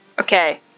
Okay